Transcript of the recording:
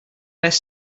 less